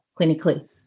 clinically